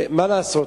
מה לעשות,